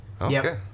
Okay